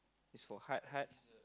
this for heart heart